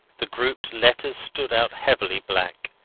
the grouped letters stood out heavily black,